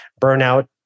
Burnout